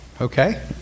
Okay